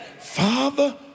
Father